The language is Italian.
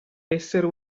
essere